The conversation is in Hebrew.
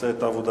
עושה את עבודתו.